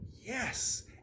yes